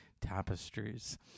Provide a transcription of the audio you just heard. tapestries